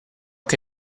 che